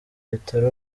bitari